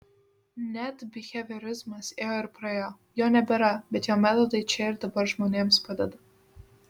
net biheviorizmas ėjo ir praėjo jo nebėra bet jo metodai čia ir dabar žmonėms padeda